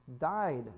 died